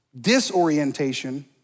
disorientation